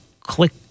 click